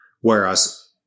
Whereas